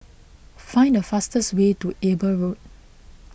find the fastest way to Eber Road